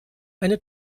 eine